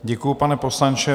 Děkuji, pane poslanče.